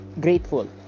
grateful